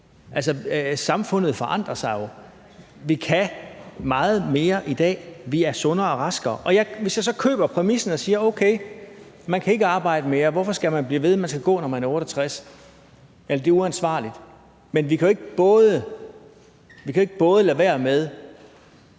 gammel. Samfundet forandrer sig jo, og vi kan meget mere i dag, og vi er sundere og raskere. Hvis jeg så køber præmissen og siger: Okay, man kan ikke arbejde mere, hvorfor skal man blive ved, og man skal gå, når man er 68. Det er uansvarligt, for vi kan jo ikke både lade være med